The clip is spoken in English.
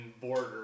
border